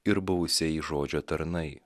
ir buvusieji žodžio tarnai